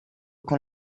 con